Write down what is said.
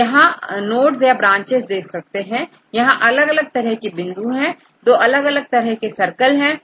तो आप यहां नोड्स और ब्रांचेज देख सकते हैं यहां अलग अलग तरह की बिंदु है दो अलग तरह के सरकल है